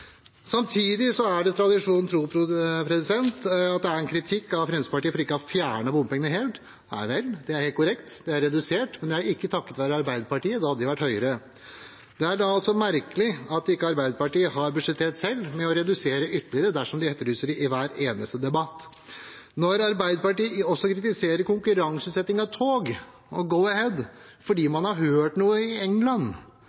samtidig stenges med deres prosjekt. Samtidig er det tradisjonen tro en kritikk av Fremskrittspartiet for ikke å ha fjernet bompengene helt. Nei vel, det er helt korrekt, de er redusert. Men det er ikke takket være Arbeiderpartiet, da hadde det vært høyere. Det er da merkelig at ikke Arbeiderpartiet selv har budsjettert med å redusere ytterligere, dersom de etterlyser det i hver eneste debatt. Når Arbeiderpartiet også kritiserer konkurranseutsetting av tog og Go-Ahead fordi